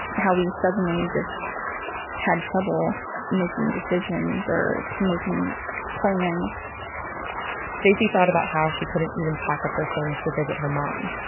how we suddenly just had trouble making decisions or making plans stacie thought about how she couldn't even pack up her things to visit her mom.